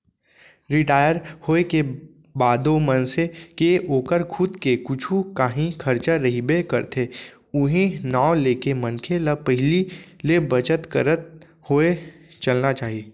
retire होए के बादो मनसे के ओकर खुद के कुछु कांही खरचा रहिबे करथे उहीं नांव लेके मनखे ल पहिली ले बचत करत होय चलना चाही